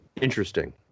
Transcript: interesting